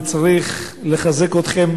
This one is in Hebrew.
וצריך לחזק אתכם,